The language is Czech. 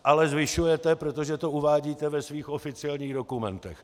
Ale zvyšujete, protože to uvádíte ve svých oficiálních dokumentech.